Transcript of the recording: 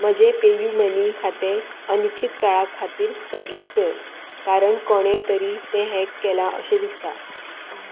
म्हजें पेयूमनी खातें अनिश्चित काळा खातीर स्थगीत कर कारण कोणे तरी तें हॅक केलां अशें दिसता